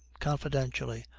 confidentially,